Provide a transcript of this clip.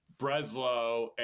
Breslow